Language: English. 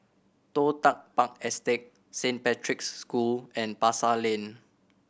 Toh Tuck Park Estate Saint Patrick's School and Pasar Lane